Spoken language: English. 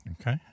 Okay